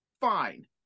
fine